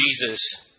Jesus